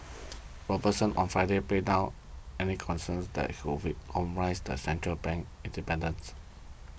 Robertson on Friday played down any concerns that compromise central bank's independence